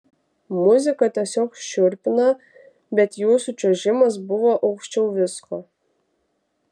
muzika tiesiog šiurpina bet jūsų čiuožimas buvo aukščiau visko